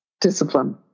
discipline